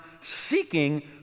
seeking